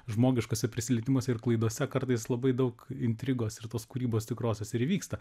žmogiškuose prisilietimuose ir klaidose kartais labai daug intrigos ir tos kūrybos tikrosios ir įvyksta